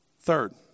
Third